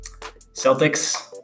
Celtics